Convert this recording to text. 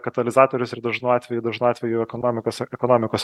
katalizatorius ir dažnu atveju dažnu atveju ekonomikos ekonomikos